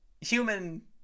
human